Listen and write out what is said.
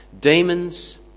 Demons